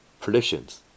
Predictions